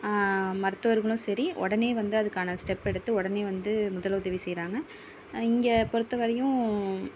மருத்துவர்களும் சரி உடனே வந்து அதுக்கான ஸ்டெப் எடுத்து உடனே வந்து முதலுதவி செய்கிறாங்க இங்கே பொறுத்தவரையும்